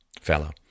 fellow